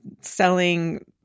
selling